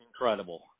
incredible